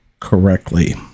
correctly